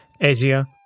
Asia